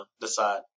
decide